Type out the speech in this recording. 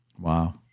Wow